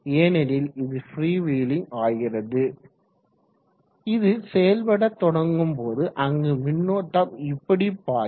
ஏனெனில் இது ஃப்ரீவீலிங் ஆகிறது இது செயல்பட தொடங்கும்போது அங்கு மின்னோட்டம் இப்படி பாயும்